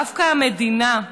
דווקא המדינה,